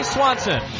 Swanson